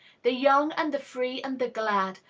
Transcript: the young and the free and the glad,